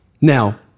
Now